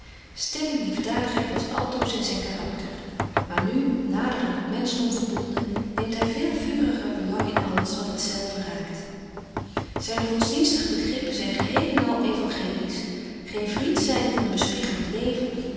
stille liefdadigheid was altoos in zyn karakter maar nu nader aan t menschdom verbonden neemt hy veel vuriger belang in alles wat het zelve raakt zyne godsdienstige begrippen zyn geheel en al euangelisch geen vriend zynde van een bespiegelent leven